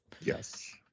Yes